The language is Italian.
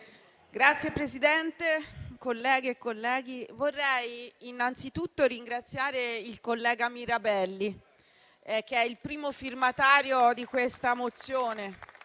Signor Presidente, colleghe e colleghi vorrei anzitutto ringraziare il collega Mirabelli, primo firmatario di questa mozione,